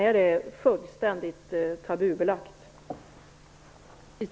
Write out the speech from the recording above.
Är det fullständigt tabubelagt?